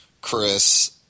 Chris